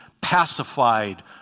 pacified